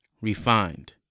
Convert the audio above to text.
Refined